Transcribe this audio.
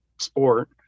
sport